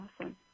awesome